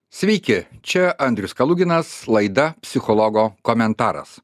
sveiki čia andrius kaluginas laida psichologo komentaras